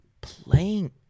playing